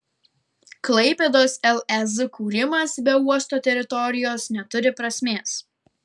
klaipėdos lez kūrimas be uosto teritorijos neturi prasmės